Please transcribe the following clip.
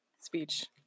speech